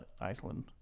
Iceland